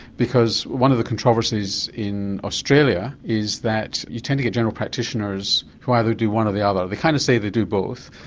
because one of the controversies in australia is that you tend to get general practitioners who either do one or the other. they kind of say they do both,